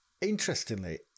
interestingly